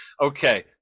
Okay